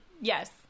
Yes